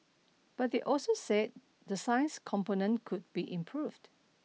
but they also said the science component could be improved